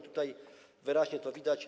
Tutaj wyraźnie to widać.